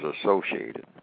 associated